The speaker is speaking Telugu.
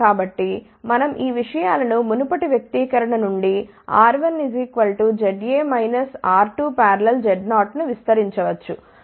కాబట్టి మనం ఈ విషయాలను మునుపటి వ్యక్తీకరణ నుండి R1ZA R2Z0 ను విస్తరించవచ్చు